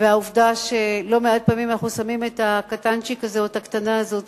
והעובדה היא שלא מעט פעמים אנחנו שמים את הקטנצ'יק הזה או את הקטנה הזאת